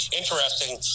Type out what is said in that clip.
interesting